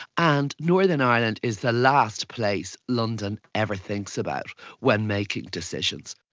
and northern ireland is the last place london ever thinks about when making decisions.